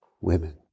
women